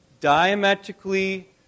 diametrically